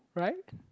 right